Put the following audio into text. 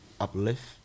uplift